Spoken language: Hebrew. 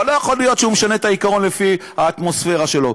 אבל לא יכול להיות שהוא משנה את העיקרון לפי האטמוספרה שלו.